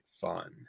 fun